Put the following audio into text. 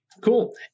Cool